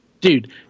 Dude